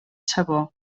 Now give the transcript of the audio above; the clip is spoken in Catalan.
sabó